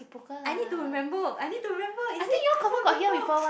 I need to remember I need remember is it I heard before